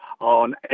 on